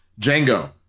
Django